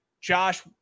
Josh